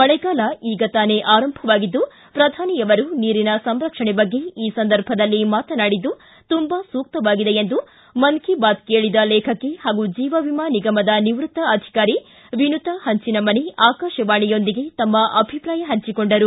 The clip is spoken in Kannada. ಮಳೆಗಾಲ ಈಗ ತಾನೇ ಆರಂಭವಾಗಿದ್ದು ಪ್ರಧಾನಿಯವರು ನೀರಿನ ಸಂರಕ್ಷಣೆ ಬಗ್ಗೆ ಈ ಸಂದರ್ಭದಲ್ಲಿ ಮಾತನಾಡಿದ್ದು ತುಂಬಾ ಸೂಕ್ತವಾಗಿದೆ ಎಂದು ಮನ್ ಕಿ ಬಾತ್ ಕೇಳಿದ ಲೇಖಕಿ ಹಾಗೂ ಜೀವವಿಮಾ ನಿಗಮದ ನಿವೃತ್ತ ಅಧಿಕಾರಿ ವಿನುತಾ ಪಂಚಿನಮನಿ ಆಕಾಶವಾಣಿಯೊಂದಿಗೆ ತಮ್ಮ ಅಭಿಪ್ರಾಯ ಹಂಚಿಕೊಂಡರು